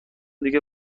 دیگه